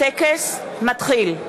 הטקס מתחיל.